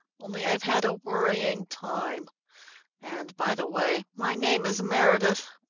only i've had a worrying time and by the way, my name is meredith.